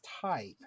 type